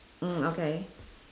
mm okay